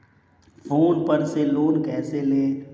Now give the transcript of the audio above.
Phone पर से loan कैसे लें?